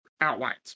outlines